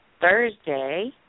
Thursday